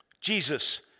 Jesus